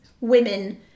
women